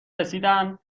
رسیدن